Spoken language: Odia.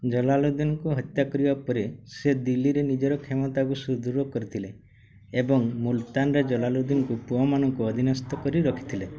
ଜଲାଲୁଦ୍ଦିନ୍ଙ୍କୁ ହତ୍ୟା କରିବା ପରେ ସେ ଦିଲ୍ଲୀରେ ନିଜର କ୍ଷମତାକୁ ସୁଦୃଢ଼ କରିଥିଲେ ଏବଂ ମୁଲତାନରେ ଜଲାଲୁଦ୍ଦିନ୍ଙ୍କ ପୁଅମାନଙ୍କୁ ଅଧୀନସ୍ଥ କରି ରଖିଥିଲେ